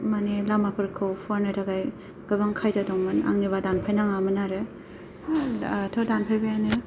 मानि लामाफोरखौ फुवारनो थाखाय गोबां खायदा दंमोन आंनिबा दानफायनाङामोन आरो दाथ' दानफायबायानो